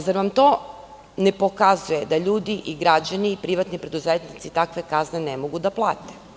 Zar vam to ne pokazuje da ljudi i građani i privatni preduzetnici takve kazne ne mogu da plate?